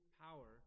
power